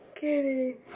Kitty